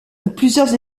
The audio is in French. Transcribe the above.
plusieurs